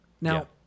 Now